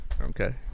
Okay